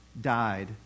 died